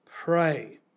pray